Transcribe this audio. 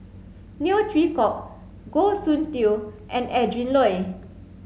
Neo Chwee Kok Goh Soon Tioe and Adrin Loi